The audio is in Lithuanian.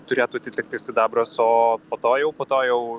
turėtų atitekti sidabras o po to jau po to jau